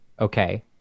Okay